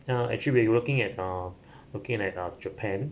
ya actually we're looking at uh looking at uh japan